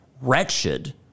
wretched